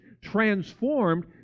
transformed